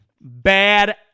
Bad